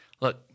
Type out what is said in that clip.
look